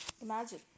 Imagine